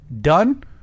done